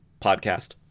podcast